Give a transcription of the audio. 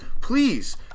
please